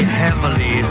heavily